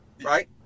right